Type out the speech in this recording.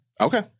Okay